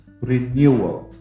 renewal